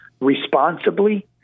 responsibly